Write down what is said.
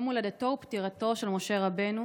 יום הולדתו ופטירתו של משה רבנו,